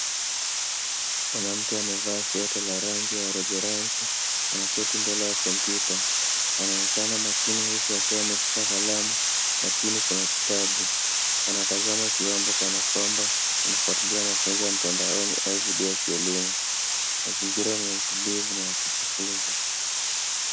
Mwanamke amevaa sweta la rangi rojorangi ameketi mbele ya kompyuta. Anaonekana makini, huku akiwa ameshika kalamu na chini kuna kitabu. Anatazama kiwambo kana kwamba anafuatilia mafunzo ya mtandaoni au video ya kielimu. Mazingira ni ya utulivu na yakujifunza.